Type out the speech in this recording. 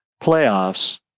playoffs